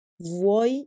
vuoi